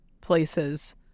places